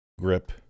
grip